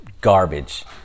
garbage